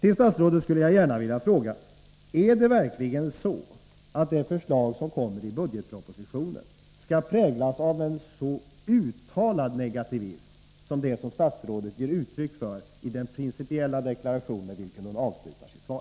Jag vill fråga statsrådet: Är det verkligen så, att det förslag som kommer i budgetpropositionen skall präglas av en så uttalad negativism som den statsrådet ger uttryck för i den principiella deklaration med vilken hon avslutar sitt svar?